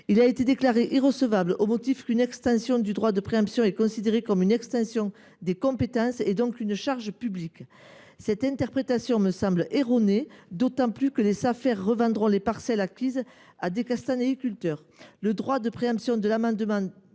Il a été déclaré irrecevable au motif qu’une extension du droit de préemption est considérée comme une extension des compétences, et donc une charge publique. Cette interprétation me semble erronée, d’autant que les Safer revendront les parcelles acquises à des castanéiculteurs. Le droit de préemption visé par l’amendement